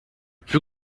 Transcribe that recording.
plus